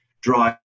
drive